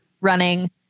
running